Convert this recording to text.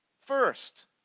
First